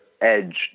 Edge